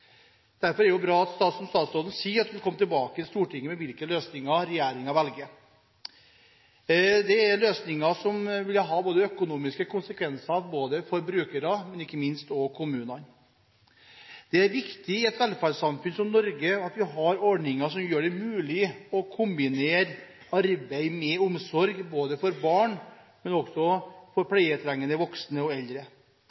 Derfor er det bra at statsråden sier hun vil komme tilbake til Stortinget med de løsninger regjeringen velger. Det er løsninger som vil ha økonomiske konsekvenser både for brukere og, ikke minst, for kommuner. Det er viktig i et velferdssamfunn som Norge at vi har ordninger som gjør det mulig å kombinere arbeid med omsorg for både barn,